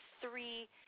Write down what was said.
three